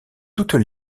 toutes